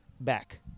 back